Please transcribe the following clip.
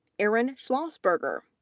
aaron schlossberger,